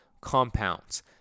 compounds